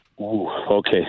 Okay